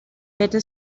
better